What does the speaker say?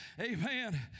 Amen